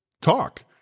talk